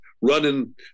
running